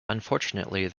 unfortunately